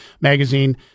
magazine